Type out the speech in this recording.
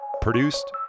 Produced